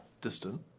distant